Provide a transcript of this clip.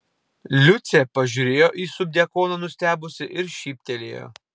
liucė pažiūrėjo į subdiakoną nustebusi ir šyptelėjo